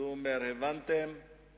בשעתו היה קשה לצאת חי מניתוח קיסרי,